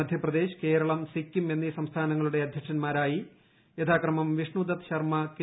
മധ്യപ്രദേശ് കേരളം സിക്കിം എന്നീ സംസ്ഥാനങ്ങളുടെ അധ്യക്ഷൻമാരായി യഥാക്രമം വിഷ്ണുദത്ത് ശർമ്മ കെ